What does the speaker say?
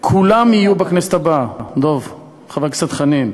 וכולם יהיו בכנסת הבאה, חבר הכנסת דב חנין: